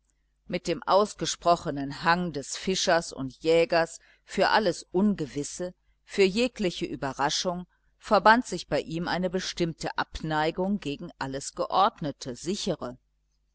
mit dem ausgesprochenen hang des fischers und jägers für alles ungewisse für jegliche überraschung verband sich bei ihm eine bestimmte abneigung gegen alles geordnete sichere